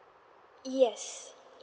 yes